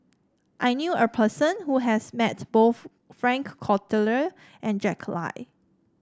I knew a person who has met both Frank Cloutier and Jack Lai